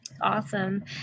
Awesome